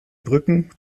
brücken